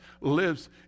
lives